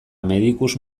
medicus